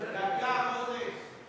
דקה, מוזס.